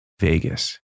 Vegas